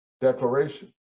declaration